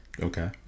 Okay